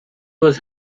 was